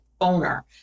owner